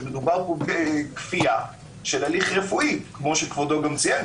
מדובר פה בכפייה של הליך רפואי כפי שכבודו ציין,